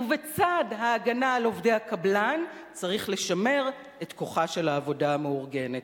ובצד ההגנה על עובדי הקבלן צריך לשמר את כוחה של העבודה המאורגנת.